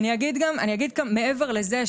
אני אגיד מעבר לזה,